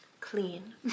Clean